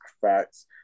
facts